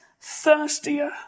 thirstier